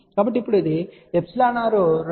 కాబట్టి ఇప్పుడు εr 2